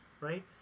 right